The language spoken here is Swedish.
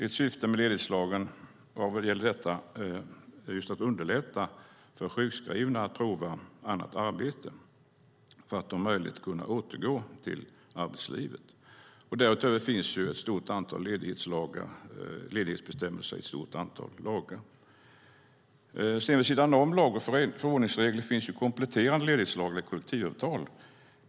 Ett syfte med ledighetslagen vad gäller detta är att underlätta för sjukskrivna att prova ett annat arbete för att om möjligt kunna återgå till arbetslivet. Därutöver finns det ledighetsbestämmelser i ett stort antal lagar. Vid sidan av lag och förordningsregler finns kompletterande ledighetsregler i kollektivavtal.